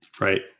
Right